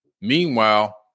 Meanwhile